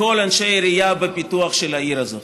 כל אנשי העירייה בפיתוח של העיר הזאת.